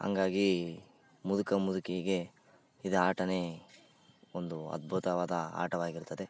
ಹಂಗಾಗಿ ಮುದುಕ ಮುದುಕಿಗೆ ಇದು ಆಟವೇ ಒಂದು ಅದ್ಭುತವಾದ ಆಟವಾಗಿರ್ತದೆ